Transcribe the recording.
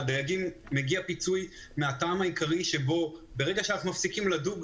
לדייגים מגיע פיצוי מהטעם העיקרי שבו ברגע שאנחנו מפסיקים לדוג,